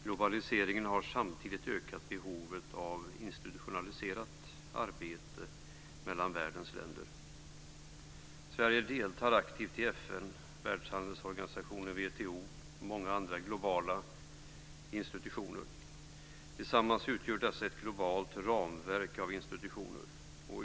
Globaliseringen har samtidigt ökat behovet av institutionaliserat samarbete mellan världens länder. Sverige deltar aktivt i FN, världshandelsorganisationen WTO och många andra globala institutioner. Tillsammans utgör dessa ett globalt ramverk av institutioner.